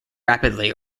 rapidly